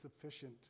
sufficient